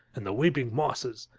and the weeping mosses.